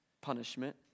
punishment